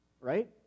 Right